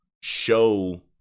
show